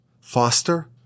foster